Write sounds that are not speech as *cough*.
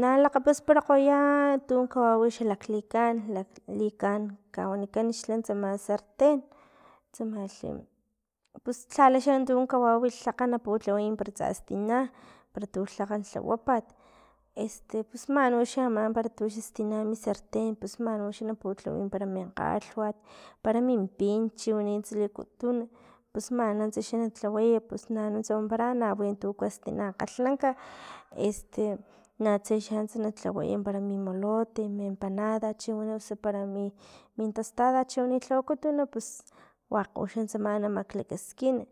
na *noise* lakgapasparakgoya tun kawawi xalaklikan laklikan kawanikan xlan tsama sarten, tsamalhi pius lhalha xan kawau tlakg na pulhaway para tsastina para tu tlakga lhawapat, este pus man uxa ama para tu xastina mi sarten pus man uxa na putlaway para min kgalhwat para min pin chiwani tsilikutun pus man antsa xa na lhaway pus nanuntsa wampara nawi tu kuesa tina kgalhlanka, *noise* este natse xa antsa na tlawaya para mi molote mi empanada chiwani usu para mi min tostada chiwani lhawakutun pus wakg u xan tsama namaklakaskin.